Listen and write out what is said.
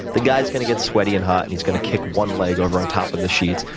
the guys going to get sweaty and hot, and he's going to kick one leg over on top of the sheets,